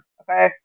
okay